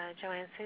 Joanne